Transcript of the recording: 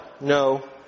no